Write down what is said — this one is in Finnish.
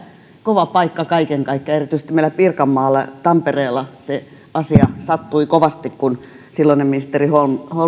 kova paikka kaiken kaikkiaan erityisesti meillä pirkanmaalla tampereella se asia sattui kovasti kun silloinen ministeri holmlund